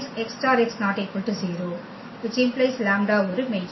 ⇒ λ ஒரு மெய் எண்